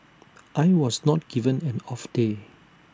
I was not given an off day